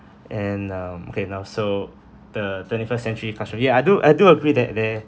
and um okay now so the twenty-first-century classroom ya I do I do agree that there